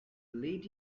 lead